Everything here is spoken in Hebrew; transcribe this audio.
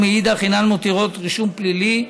ומאידך אינם מותירים רישום פלילי.